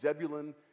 Zebulun